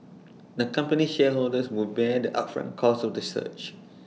the company's shareholders would bear the upfront costs of the search